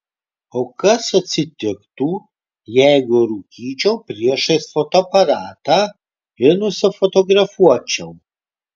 o kas atsitiktų jeigu rūkyčiau priešais fotoaparatą ir nusifotografuočiau